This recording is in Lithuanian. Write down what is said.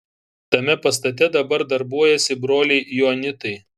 tame pastate dabar darbuojasi broliai joanitai